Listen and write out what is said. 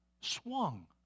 swung